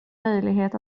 möjlighet